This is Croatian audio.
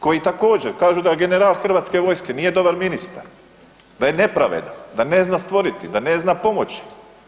Koji također kažu da general hrvatske vojske nije dobar ministar, da je nepravedan, da ne zna stvoriti, da ne zna pomoći.